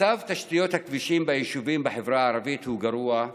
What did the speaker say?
מצב תשתיות הכבישים ביישובים בחברה הערבית הוא גרוע,